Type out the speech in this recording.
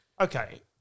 okay